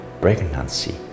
pregnancy